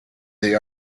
they